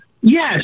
Yes